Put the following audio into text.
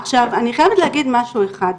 עכשיו אני חייבת להגיד משהו אחד,